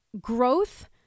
Growth